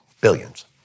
Billions